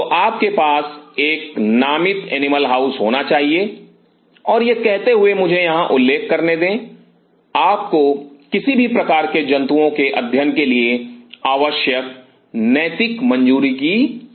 तो आपके पास एक नामित एनिमल हाउस होना चाहिए और यह कहते हुए मुझे यहां उल्लेख करने दें आपको किसी भी प्रकार के जंतुओं के अध्ययन के लिए आवश्यक नैतिक मंजूरी की जरूरत है